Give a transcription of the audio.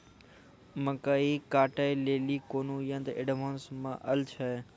मकई कांटे ले ली कोनो यंत्र एडवांस मे अल छ?